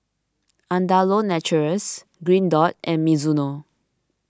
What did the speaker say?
Andalou Naturals Green Dot and Mizuno